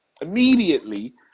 Immediately